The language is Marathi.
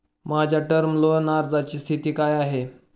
माझ्या टर्म लोन अर्जाची स्थिती काय आहे?